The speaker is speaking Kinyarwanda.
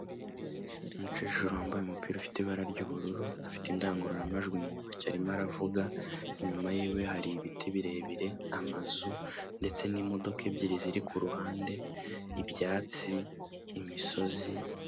Umukecuru wambaye umupira ufite ibara ry'ubururu, afite indangururamajwi mu ntoki arimo aravuga, inyuma yiwe hari ibiti birebire, amazu, ndetse n'imodoka ebyiri ziri ku ruhande, ibyatsi, imisozi...